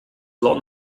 long